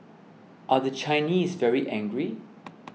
are the Chinese very angry